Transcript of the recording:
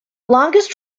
longest